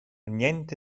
niente